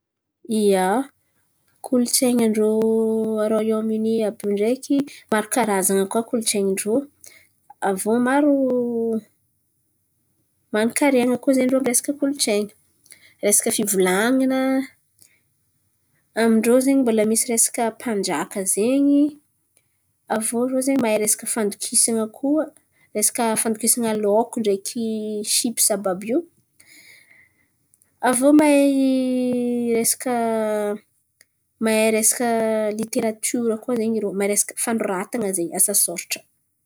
Ia, kolontsain̈in-drô a Roaiôm ioni àby io ndreky maro karazan̈a koa kolontsain̈in-drô. Aviô maro manan-karian̈a koa zen̈y irô amy resaka kolontsain̈y. Resaka fivolan̈ana. Amin-drô zen̈y mbola misy resaka mpanjaka zen̈y. Aviô irô zen̈y mahay resaka fandokisan̈a koa, resaka fandokisan̈a laoko ndreky sìpsy àby by io. Aviô mahay resaka mahay resaka literatiora koa zen̈y irô; mahay resaka fanoratan̈a zen̈y, asa sôratra.